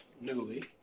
Newly